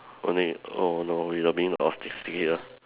only oh no you like being autistic here